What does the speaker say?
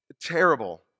terrible